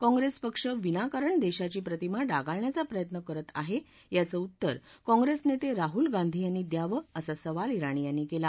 काँप्रेस पक्ष विनाकारण देशाची प्रतिमा डागाळण्याचा प्रयत्न करत आहे याचं उत्तर काँग्रेस नेते राहुल गांधी यांनी द्यावं असा सवाल जिणी यांनी केला